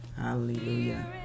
hallelujah